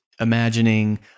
imagining